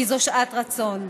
כי זו שעת רצון.